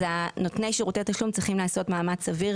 נותני שירותי תשלום צריכים לעשות מאמץ סביר